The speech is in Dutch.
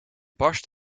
barst